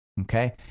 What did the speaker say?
Okay